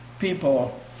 people